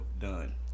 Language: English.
done